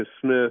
Smith